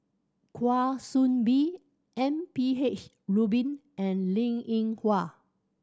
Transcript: Kwa Soon Bee M P H Rubin and Linn In Hua